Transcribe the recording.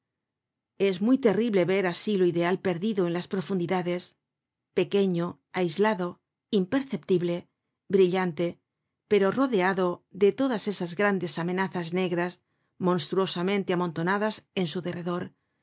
es muy terrible ver asi lo ideal perdido en las profundidades pequeño aislado imperceptible brillante pero rodeado de todas esas grandes amenazas negras monstruosamente amontonadas en su derredor